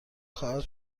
خواهد